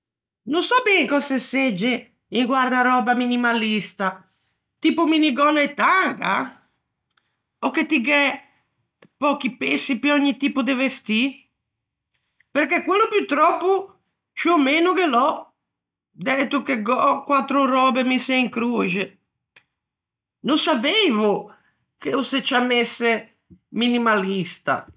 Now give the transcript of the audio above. No sò ben cöse segge un guardaröba minimalista. Tipo minigònna e tanga? Ò che ti gh'æ pöchi pessi pe ògni tipo de vestî? Perché quello purtròppo ciù ò meno ghe l'ò, dæto che gh'ò quattro röbe misse in croxe. No saveivo che se ciammesse "minimalista".